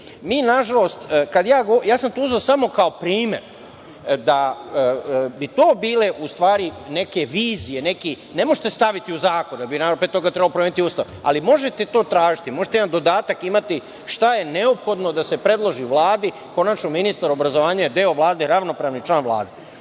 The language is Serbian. nažalost, ja sam to uzeo samo kao primer, da bi to bile u stvari neke vizije, ne možete staviti u zakon, jer bi nama pre toga trebalo promeniti Ustav, ali možete to tražiti, možete jedan dodatak imati šta je neophodno da se predloži Vladi. Konačno, ministar obrazovanja je deo Vlade, ravnopravni član Vlade. Ono